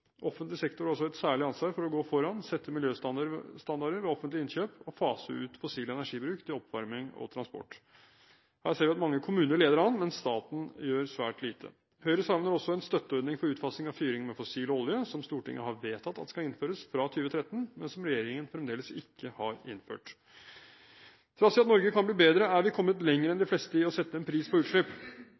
Offentlig sektor har også et særlig ansvar for å gå foran, sette miljøstandarder ved offentlige innkjøp og fase ut fossil energibruk til oppvarming og transport. Her ser vi at mange kommuner leder an, men staten gjør svært lite. Høyre savner også en støtteordning for utfasing av fyring med fossil olje, som Stortinget har vedtatt skal innføres fra 2013, men som regjeringen fremdeles ikke har innført. Trass i at Norge kan bli bedre, er vi kommet lenger enn de fleste i å sette en pris på utslipp.